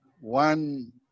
one